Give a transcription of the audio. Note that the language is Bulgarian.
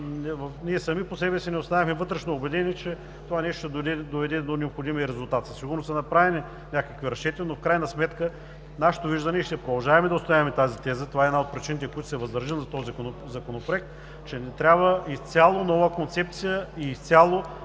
ние сами по себе си не останахме вътрешно убедени, че това ще доведе до необходимия резултат. Със сигурност са направени някакви разчети, но в крайна сметка нашето виждане – и ще продължаваме да отстояваме тази теза, това е една от причините, поради която се въздържаме от този законопроект, е, че ни трябва изцяло нова концепция и изцяло